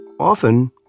often